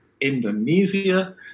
Indonesia